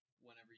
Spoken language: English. whenever